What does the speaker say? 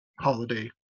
holiday